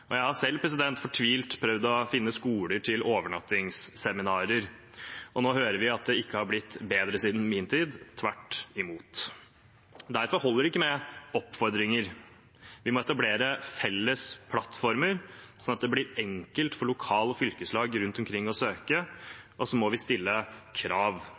Jeg har selv fortvilt prøvd å finne skoler til overnattingsseminarer, og nå hører vi at det ikke har blitt bedre siden min tid – tvert imot. Derfor holder det ikke med oppfordringer. Vi må etablere felles plattformer, sånn at det blir enkelt for lokale fylkeslag rundt omkring å søke, og så må vi stille krav.